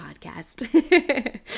podcast